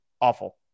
awful